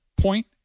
point